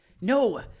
No